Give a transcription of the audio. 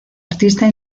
artista